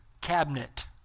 cabinet